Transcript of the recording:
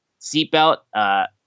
seatbelt